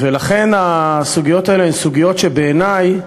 לכן הסוגיות האלה הן סוגיות שבעיני,